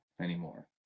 anymore